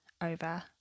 over